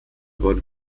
wurden